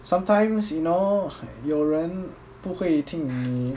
sometimes you know 有人不会听你